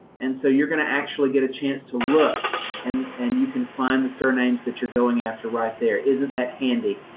and so you're going to actually get a chance to look and and you find the surnames that you're going after right there. isn't that handy?